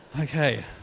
Okay